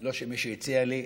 לא שמישהו הציע לי,